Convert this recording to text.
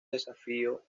desafío